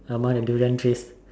someone a durian trees